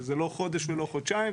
זה לא חודש ולא חודשיים,